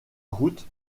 route